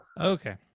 okay